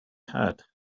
had